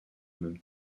même